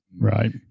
Right